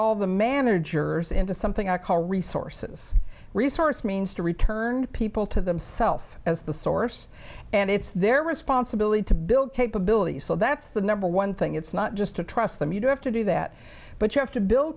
all the managers into something i call resources resource means to return people to themself as the source and it's their responsibility to build capability so that's the number one thing it's not just to trust them you don't have to do that but you have to build